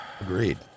Agreed